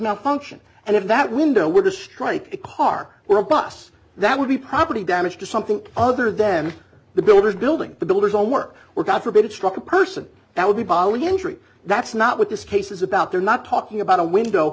not function and if that window were to strike a car or a bus that would be property damage to something other then the builders building the builders on work or god forbid struck a person that would be polyandry that's not what this case is about they're not talking about a window